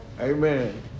Amen